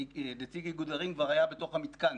נציג איגוד ערים כבר היה בתוך המתקן.